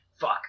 Fuck